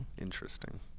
Interesting